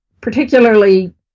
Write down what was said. particularly